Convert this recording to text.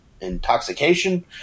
intoxication